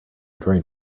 trying